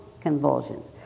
convulsions